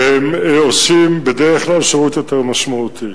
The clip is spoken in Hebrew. והם עושים בדרך כלל שירות יותר משמעותי.